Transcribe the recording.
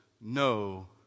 no